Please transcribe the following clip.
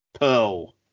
pearl